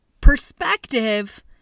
perspective